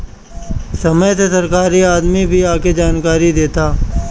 समय से सरकारी आदमी भी आके जानकारी देता